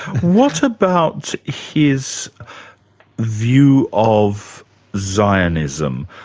what about his view of zionism?